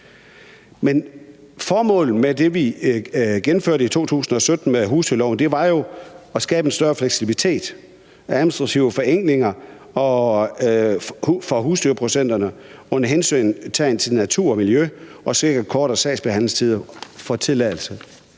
Formålet med det, som vi gennemførte i 2017 med husdyrloven, var jo at skabe en større fleksibilitet ved administrative forenklinger for husdyrproducenterne under hensyntagen til natur og miljø og at sikre kortere sagsbehandlingstider for tilladelser.